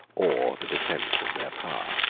or the defence of their power.